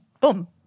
boom